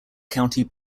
county